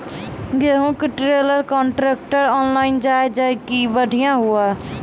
गेहूँ का trailer contractor online जाए जैकी बढ़िया हुआ